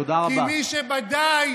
כי מי שבדאי,